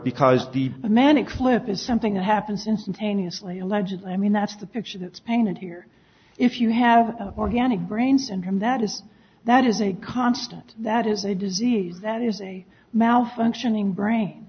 because the manic flip is something that happens instantaneously allegedly i mean that's the picture that's painted here if you have organic brain syndrome that is that is a constant that is a disease that is a mouth functioning brain